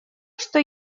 что